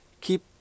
keep